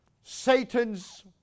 Satan's